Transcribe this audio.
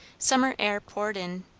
summer air poured in,